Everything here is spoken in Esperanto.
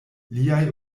liaj